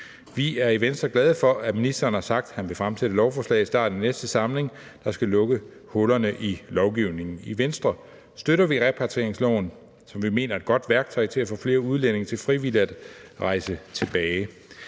Vi er i Venstre glade for, at ministeren har sagt, at han vil fremsætte et lovforslag i starten af næste samling, der skal lukke hullerne i lovgivningen. I Venstre støtter vi repatrieringsloven, som vi mener er et godt værktøj til at få flere udlændinge til frivilligt at rejse tilbage.